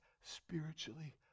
spiritually